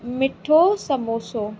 मिठो समोसो